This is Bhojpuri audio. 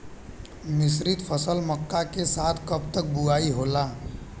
मिश्रित फसल मक्का के साथ कब तक बुआई होला?